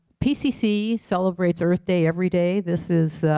pcc celebrates earth day everyday, this is